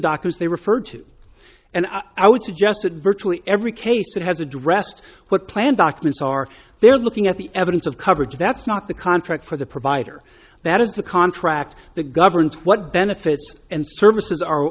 doctors they referred to and i would suggest that virtually every case that has addressed what plan documents are there looking at the evidence of coverage that's not the contract for the provider that is the contract that governs what benefits and services are